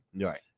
right